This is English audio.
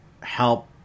help